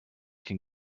can